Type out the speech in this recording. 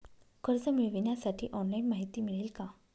कर्ज मिळविण्यासाठी ऑनलाइन माहिती मिळेल का?